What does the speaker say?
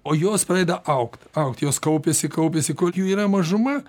o jos pradeda augt augt jos kaupiasi kaupiasi kol jų yra mažuma